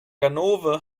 ganove